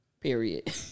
Period